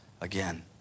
again